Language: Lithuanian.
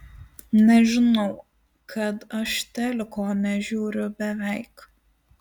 nežinau kad aš teliko nežiūriu beveik